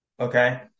okay